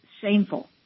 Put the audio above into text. shameful